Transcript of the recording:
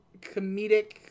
comedic